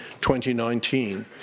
2019